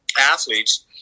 athletes